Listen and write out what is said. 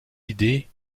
idées